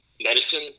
medicine